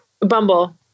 Bumble